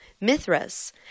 Mithras